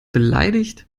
beleidigt